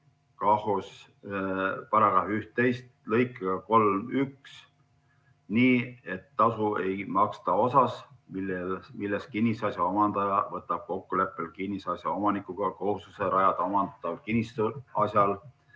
KAHOS § 11 lõikega 31nii, et tasu ei maksta osas, milles kinnisasja omandaja võtab kokkuleppel kinnisasja omanikuga kohustuse rajada omandataval kinnisasjal